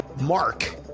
Mark